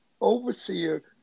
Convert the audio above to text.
Overseer